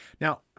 Now